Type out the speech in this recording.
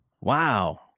Wow